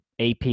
ap